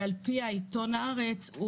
ולפי עיתון הארץ,